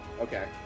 Okay